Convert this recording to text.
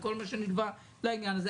וכל מה שנלווה לעניין הזה,